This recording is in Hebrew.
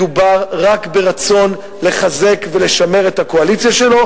מדובר רק ברצון לחזק ולשמר את הקואליציה שלו,